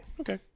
Okay